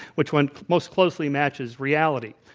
which one most closely matches reality.